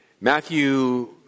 Matthew